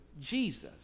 Jesus